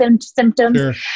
symptoms